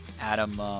Adam